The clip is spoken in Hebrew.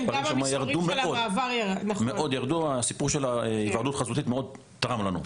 הסיפור של היוועדות חזותית מאוד תרם לנו.